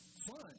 fun